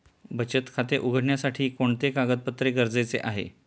बचत खाते उघडण्यासाठी कोणते कागदपत्रे गरजेचे आहे?